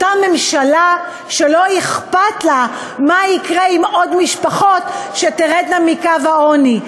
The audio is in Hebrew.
אותה ממשלה שלא אכפת לה מה יקרה עם עוד משפחות שתרדנה מקו העוני.